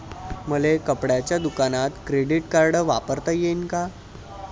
मले कपड्याच्या दुकानात क्रेडिट कार्ड वापरता येईन का?